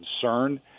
concern